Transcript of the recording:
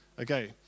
Okay